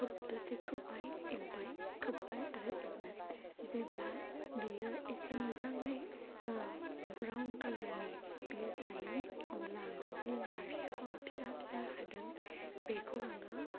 दसे खोब्बाय एवबाय खोब्बाय आरो एवबाय जेब्ला बेयो एसे मोजाङै ब्राउन कालारनि बेयो जायो अब्ला आङो जि नारजिखौ फिसा फिसा हादों बेखौ आङो